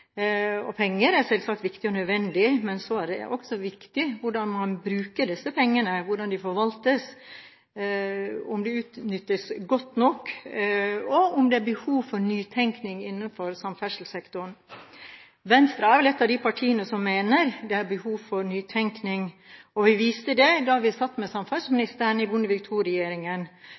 Penger er selvsagt viktig og nødvendig, men så er det også viktig hvordan man bruker disse pengene, og hvordan de forvaltes – om de utnyttes godt nok, eller om det er behov for nytenkning innenfor samferdselssektoren. Venstre er vel ett av de partiene som mener det er behov for nytenkning, og vi viste det da vi satt med samferdselsministeren i Bondevik